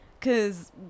Cause